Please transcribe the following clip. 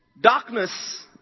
Darkness